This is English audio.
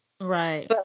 Right